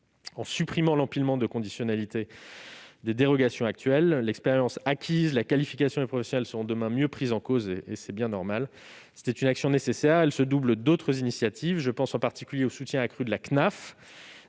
en supprimant l'empilement des conditionnalités et des dérogations actuelles. L'expérience acquise et la qualification professionnelle seront, demain, mieux prises en compte et c'est bien normal. Cette action nécessaire se double d'autres initiatives : je pense en particulier au soutien accru de la Caisse